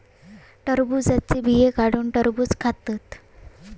टरबुजाचे बिये काढुन टरबुज खातत